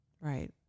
Right